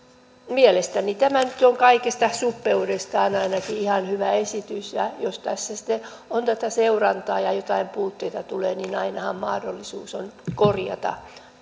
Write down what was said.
mielestäni tämä nyt on kaikesta suppeudestaan huolimatta ihan hyvä esitys jos tässä sitten on seurantaa ja jotain puutteita tulee niin ainahan mahdollisuus on korjata